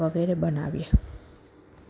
વગેરે બનાવીએ